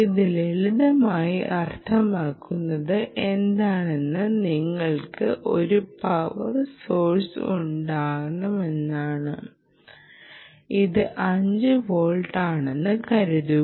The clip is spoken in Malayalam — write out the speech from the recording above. ഇത് ലളിതമായി അർത്ഥമാക്കുന്നത് എന്താണെന്നാൽ നിങ്ങൾക്ക് ഒരു പവർ സോഴ്സ് ഉണ്ടെന്നാണ് ഇത് 5 വോൾട്ട് ആണെന്ന് കരുതുക